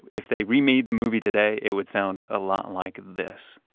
if they remade the movie today, it would sound a lot like this